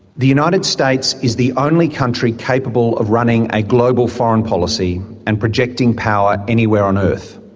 the united states is the only country capable of running a global foreign policy and projecting power anywhere on earth.